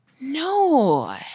No